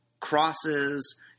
crosses